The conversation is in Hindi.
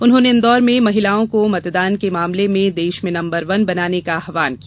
उन्होंने इंदौर में महिलाओं को मतदान के मामले में देश में नम्बर वन बनाने का आह्वान किया